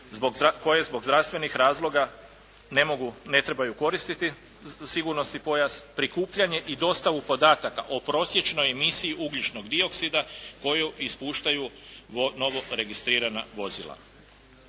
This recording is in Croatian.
koje zbog zdravstvenog razloga ne mogu, ne trebaju koristiti sigurnosni pojas, prikupljanje i dostavu podataka o prosječnoj misiji ugljičnog-dioksida koje ispuštaju novo registrirana vozila.